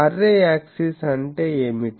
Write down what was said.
array axis అంటే ఏమిటి